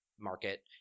market